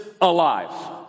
alive